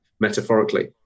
metaphorically